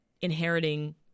inheriting